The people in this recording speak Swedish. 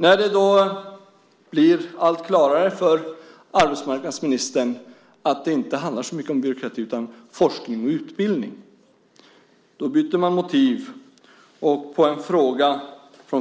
När det då blir allt klarare för arbetsmarknadsministern att det inte handlar så mycket om byråkrati utan om forskning och utbildning byter man motiv. Och som svar på en fråga